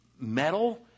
metal